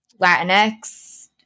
Latinx